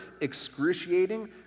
excruciating